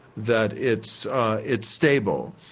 that it's it's stable,